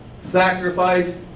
sacrificed